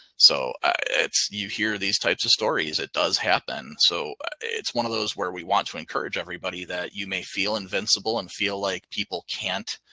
so you hear these types of stories. it does happen. so it's one of those where we want to encourage everybody that you may feel invincible and feel like people can't